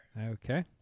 Okay